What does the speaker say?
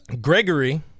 Gregory